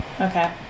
Okay